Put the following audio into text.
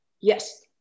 Yes